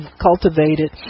cultivated